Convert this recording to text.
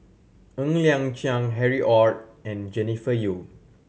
Ng Liang Chiang Harry Ord and Jennifer Yeo